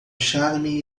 charme